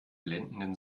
blendenden